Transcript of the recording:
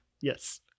Yes